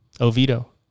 Oviedo